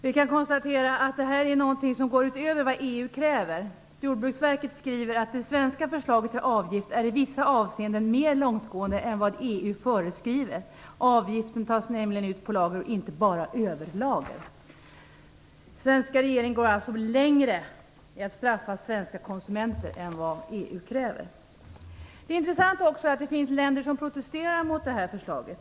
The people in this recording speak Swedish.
Vi kan konstatera att det här är någonting som går utöver vad EU kräver. Jordbruksverket skriver att det svenska förslaget till avgift i vissa avseenden är mera långtgående än vad EU föreskriver. Avgiften tas nämligen ut på lager och inte bara på överlager. Svenska regeringen går alltså längre i att straffa svenska konsumenter än vad EU kräver. Det är intressant att det finns länder som protesterar mot det här förslaget.